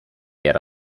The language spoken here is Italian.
era